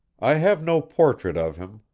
i have no portrait of him,